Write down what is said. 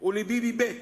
או לביבי ב'?